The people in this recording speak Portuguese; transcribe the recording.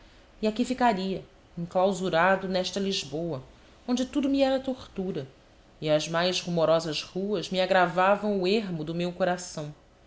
e aqui ficaria enclausurado nesta lisboa onde tudo me era tortura e as mais rumorosas ruas me agravavam o ermo do meu coração